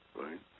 right